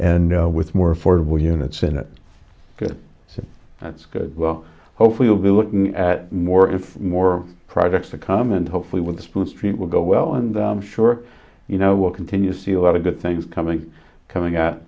and with more affordable units in it so that's good well hopefully we'll be looking at more and more projects to come and hopefully with the spruce tree will go well and i'm sure you know we'll continue to see a lot of good things coming coming out